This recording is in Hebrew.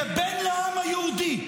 כבן לעם היהודי,